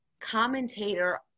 commentator